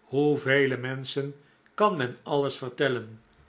hoevele menschen kan men alles vertellen